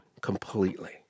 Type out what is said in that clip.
completely